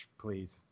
Please